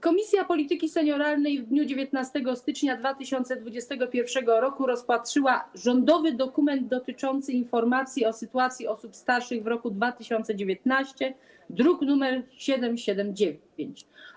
Komisja Polityki Senioralnej w dniu 19 stycznia 2021 r. rozpatrzyła rządowy dokument dotyczący informacji o sytuacji osób starszych w roku 2019, druk nr 779.